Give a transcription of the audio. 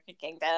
Kingdom